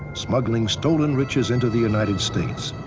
smuggling stolen riches into the united states.